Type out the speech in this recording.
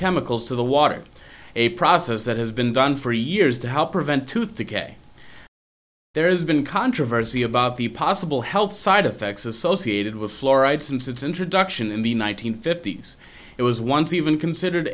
chemicals to the water a process that has been done for years to help prevent tooth decay there's been controversy about the possible health side effects associated with fluoride since its introduction in the nine hundred fifty s it was once even considered